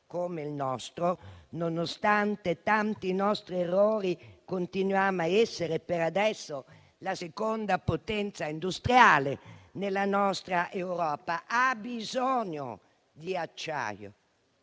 come il nostro (nonostante tanti nostri errori, continuiamo a essere, per adesso, la seconda potenza industriale nella nostra Europa) ha bisogno di acciaio.